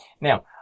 Now